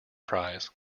prize